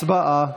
הצבעה.